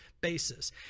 basis